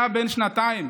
היה בן שנתיים,